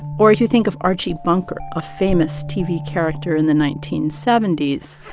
or if you think of archie bunker, a famous tv character in the nineteen seventy s.